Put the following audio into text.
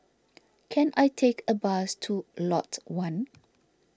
can I take a bus to Lot one